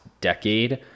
decade